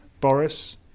Boris